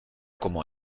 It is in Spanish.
como